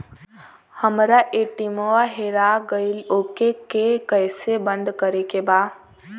हमरा ए.टी.एम वा हेरा गइल ओ के के कैसे बंद करे के बा?